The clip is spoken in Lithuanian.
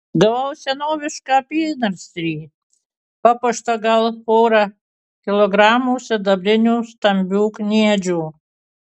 gavau senovišką apynasrį papuoštą gal pora kilogramų sidabrinių stambių kniedžių